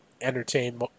entertain